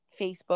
Facebook